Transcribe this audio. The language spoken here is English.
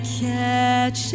catch